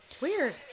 Weird